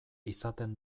izaten